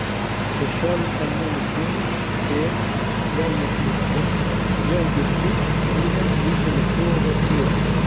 šešiolika nulis nulis ir jei neklystu jau girdžiu ūžiant jūsų lėktuvo variklius